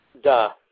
Duh